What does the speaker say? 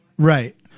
Right